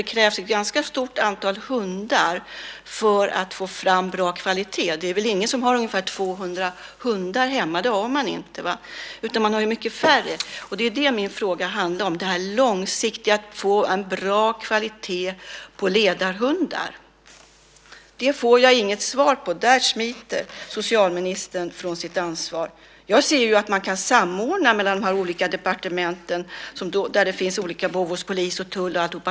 Det krävs ju ett ganska stort antal hundar för att få fram bra kvalitet. Det är väl ingen som har ungefär 200 hundar hemma; det har man inte. Man har mycket färre. Min fråga handlar om det långsiktiga och om att få en bra kvalitet på ledarhundar. Jag får inget svar på det. Där smiter socialministern från sitt ansvar. Jag ser att man kan samordna mellan de olika departementen där det finns olika behov hos polis och tull och så vidare.